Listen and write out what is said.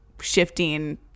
shifting